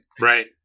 Right